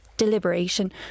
deliberation